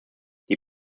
die